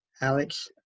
Alex